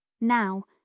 Now